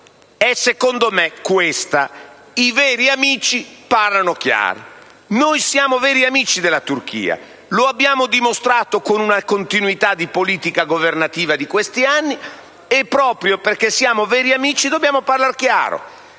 avviso, è questa: i veri amici parlano chiaro. Noi siamo veri amici della Turchia, lo abbiamo dimostrato con una continuità di politica governativa in questi anni, e, proprio perché siamo veri amici, dobbiamo parlare chiaro